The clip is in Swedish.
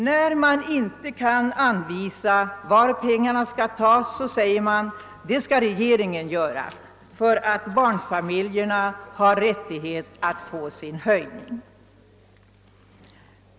När man inte kan anvisa var pengarna skall tas, säger man att detta skall regeringen göra; barnfamiljerna har rättighet att få sin höjning.